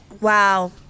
wow